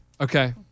Okay